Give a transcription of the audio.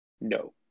no